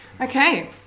Okay